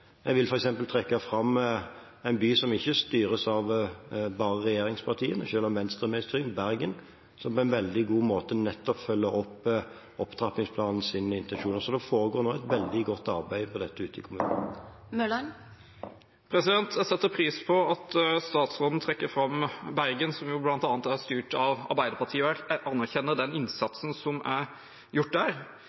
Jeg vil f.eks. trekke fram en by som ikke bare styres av regjeringspartiene, selv om Venstre er med i byrådet – Bergen – som på en veldig god måte følger opp opptrappingsplanens intensjoner. Det foregår nå et veldig godt arbeid på dette området ute i kommunene. Jeg setter pris på at statsråden trekker fram Bergen, som jo bl.a. er styrt av Arbeiderpartiet. Jeg anerkjenner den innsatsen som er gjort der.